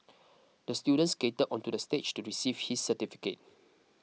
the student skated onto the stage to receive his certificate